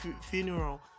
funeral